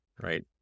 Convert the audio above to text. right